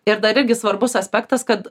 ir dar irgi svarbus aspektas kad